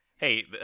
Hey